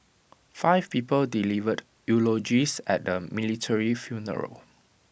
five people delivered eulogies at the military funeral